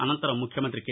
అనంతరం ముఖ్యమంతి కె